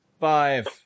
five